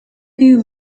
view